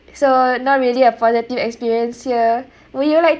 so not really a positive experience here would you like